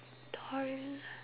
torrent